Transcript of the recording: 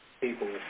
people